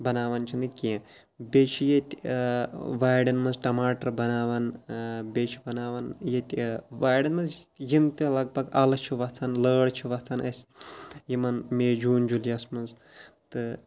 بَناوان چھِنہٕ کینٛہہ بیٚیہِ چھِ ییٚتہِ وارٮ۪ن منٛز ٹماٹر بَناوان بیٚیہِ چھِ بَناوان ییٚتہِ وارٮ۪ن منٛز یِم تہِ لگ بگ اَلہٕ چھِ وَژھان لٲر چھِ وَتھان اَسہِ یِمَن مے جوٗن جُلیَس منٛز تہٕ